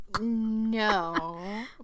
No